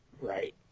Right